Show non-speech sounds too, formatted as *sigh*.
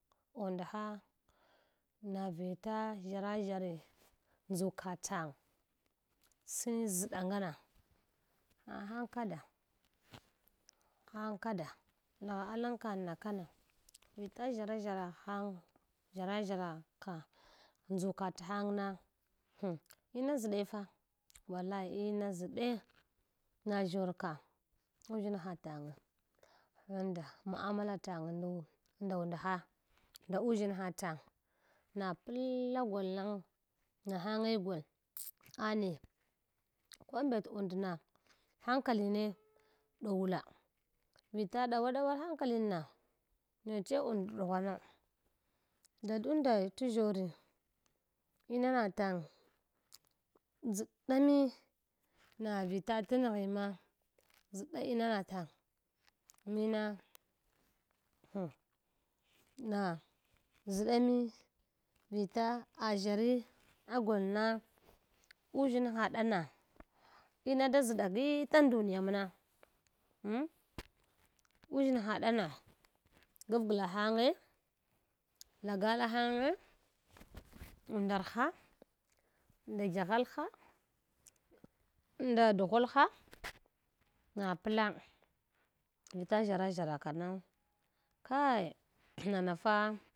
Undha na vita ʒshara ʒshari ndʒuka tang sin ʒɗa ngana ha hang kada hang kada na alan kan na kana vila ʒshara ʒshara hang ʒshang ʒsharaka ndʒuka tahangna hm ina ʒɗe fa wallai ina ʒɗai na ʒshor ka uʒshinha tange anda mu amala tange lu nda unɗha nda uẕshimha tang na pala golang nahange gul ane ko mbet undna hankaline ɗowula vila ɗawaɗwu hankalin na neche und ɗughwanga dadunda t’ ʒshor imangtang ndʒɗami na vita tanghima ʒɗa inama tang mina hun na ʒɗami vila aʒshari agolna uʒshinaɗana ina da ʒɗagitan duniya mna mi uʒshinhaɗana gawgla hange lagala hange *noise* napla vita ʒshara ʒshara kana kai nanafa.